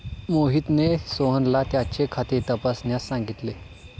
मोहितने सोहनला त्याचे खाते तपासण्यास सांगितले